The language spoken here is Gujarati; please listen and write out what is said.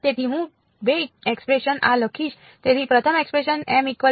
તેથી હું 2 એક્સપ્રેશન ઓ લખીશ